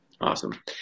Awesome